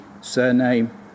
surname